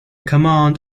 command